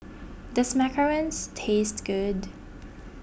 does Macarons taste good